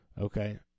okay